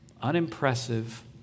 unimpressive